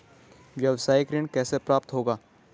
व्यावसायिक ऋण कैसे प्राप्त होगा?